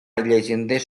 llegendes